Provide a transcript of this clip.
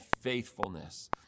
faithfulness